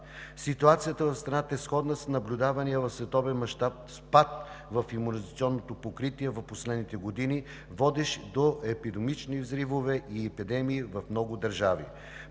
Ситуацията в страната е сходна с наблюдавания в световен мащаб спад в имунизационното покритие в последните години, водещ до епидемични взривове и епидемии в много държави.